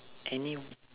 any